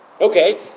Okay